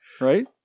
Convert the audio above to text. Right